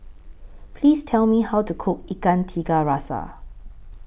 Please Tell Me How to Cook Ikan Tiga Rasa